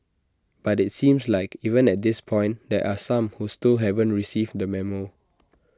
but IT seems like even at this point there are some who still haven't received the memo